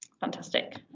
Fantastic